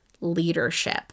leadership